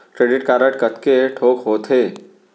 Credit card कतेक ठोक होथे?